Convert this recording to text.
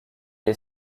est